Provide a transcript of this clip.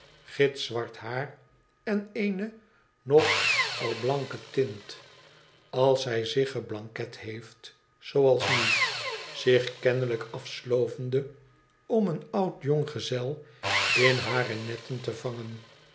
gitzwart haar en eene nog al blanke tint als zij zich geblanket heeft zooals nu zich kennelijk afelovende om een oud jong gezel in hare netten te vangen